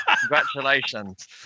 Congratulations